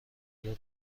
دیگر